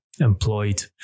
employed